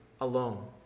alone